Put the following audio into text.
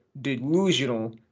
delusional